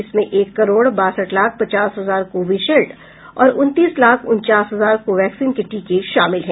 इसमें एक करोड़ बासठ लाख पचास हजार कोविशील्ड और उनतीस लाख उनचास हजार कोवैक्सीन के टीके शामिल हैं